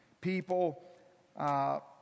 People